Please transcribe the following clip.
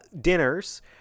dinners